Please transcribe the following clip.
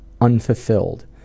unfulfilled